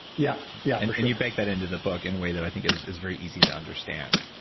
yeah yeah and can you bake that into the book in a way that i think is is very easy to understand